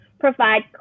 Provide